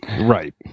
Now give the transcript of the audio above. Right